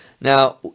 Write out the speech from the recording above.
Now